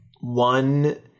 one